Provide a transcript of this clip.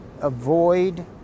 avoid